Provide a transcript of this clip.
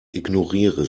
ignoriere